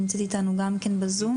שנמצאת איתנו גם כן בזום,